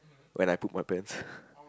when I poop my pants